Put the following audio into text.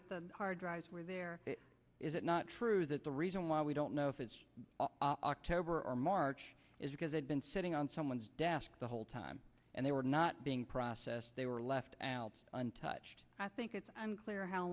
that the hard drives were there is it not true that the reason why we don't know if it's october or march is because they've been sitting on someone's desk the whole time and they were not being processed they were left untouched i think it's clear how